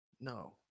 No